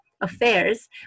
affairs